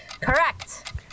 Correct